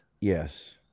Yes